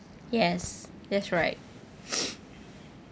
yes that's right